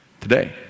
today